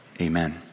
Amen